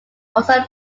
also